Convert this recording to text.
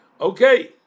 okay